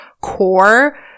core